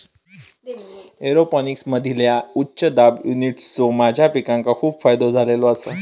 एरोपोनिक्समधील्या उच्च दाब युनिट्सचो माझ्या पिकांका खूप फायदो झालेलो आसा